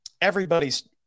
everybody's